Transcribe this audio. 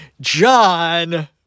John